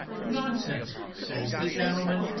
nonsense says the gentleman,